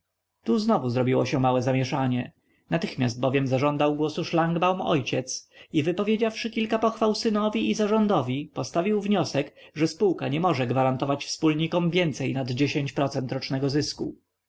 tu znowu zrobiło się małe zamieszanie natychmiast bowiem zażądał głosu szlangbaum ojciec i wypowiedziawszy kilka pochwał synowi i zarządowi postawił wniosek że spółka nie może gwarantować wspólnikom więcej nad rocznego zysku